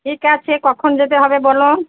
ঠিক আছে কখন যেতে হবে বলুন